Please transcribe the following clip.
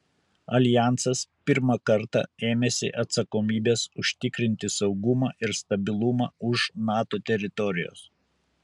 aljansas pirmą kartą ėmėsi atsakomybės užtikrinti saugumą ir stabilumą už nato teritorijos